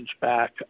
back